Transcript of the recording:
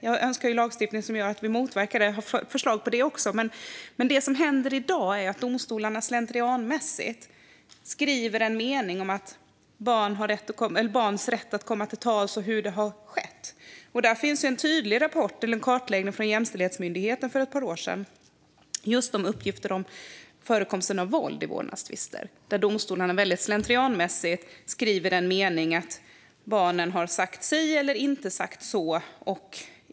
Jag önskar en lagstiftning som gör att vi motverkar vårdnadstvister - och jag har förslag på det också - men det som händer i dag är att domstolarna slentrianmässigt skriver en mening om barns rätt att komma till tals och hur det har skett. Det finns en tydlig kartläggning som kom från Jämställdhetsmyndigheten för ett par år sedan av uppgifter om förekomsten av våld i vårdnadstvister, där domstolarna slentrianmässigt skriver en mening om att barnen har - eller inte har - sagt si eller så.